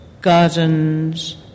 gardens